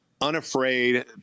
unafraid